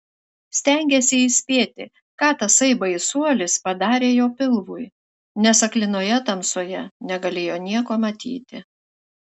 stengėsi įspėti ką tasai baisuolis padarė jo pilvui nes aklinoje tamsoje negalėjo nieko matyti